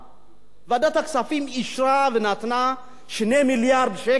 ועדת הכספים אישרה ונתנה 2 מיליארד שקל לחברת החשמל.